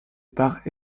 part